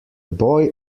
boy